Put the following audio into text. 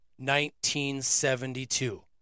1972